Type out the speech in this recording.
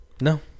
No